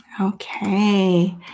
Okay